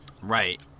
Right